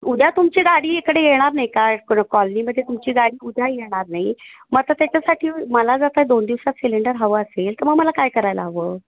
उद्या तुमची गाडी इकडे येणार नाही काय कॉलनीमध्ये तुमची गाडी उद्या येणार नाही मग आता त्याच्यासाठी मला जर का दोन दिवसात सिलेंडर हवं असेल तर मग मला काय करायला हवं